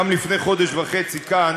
גם לפני חודש וחצי כאן,